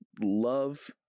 love